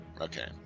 Okay